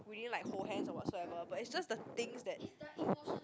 we didn't like hold hands or whatsoever but it's just the things that